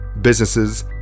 businesses